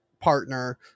partner